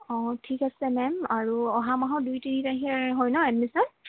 অঁ ঠিক আছে মেম আৰু অহা মাহৰ দুই তিনি তাৰিখে হয় ন এডমিশ্যন